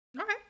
Okay